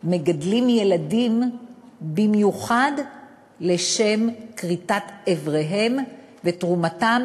מגדלים ילדים במיוחד לשם כריתת איבריהם ותרומתם,